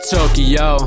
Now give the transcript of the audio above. Tokyo